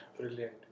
Brilliant